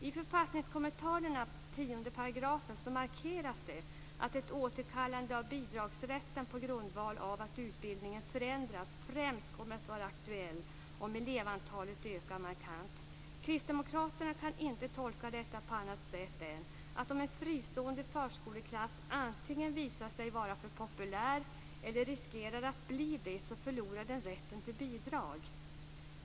I författningskommentarerna, 10e §, markeras att ett återkallande av bidragsrätten på grundval av att utbildningen förändras främst kommer att vara aktuellt om elevantalet ökar markant. Kristdemokraterna kan inte tolka detta på annat sätt än att om en fristående förskoleklass antingen visar sig vara för populär eller riskerar att bli det, förlorar den rätten till bidrag.